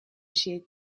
chez